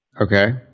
Okay